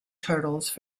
turtles